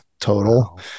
total